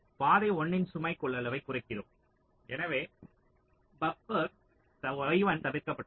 பாதை 1 இன் சுமை கொள்ளளவை குறைக்கிறோம் எனவே பப்பர் y1 தவிர்க்கப்பட்டது